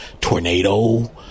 tornado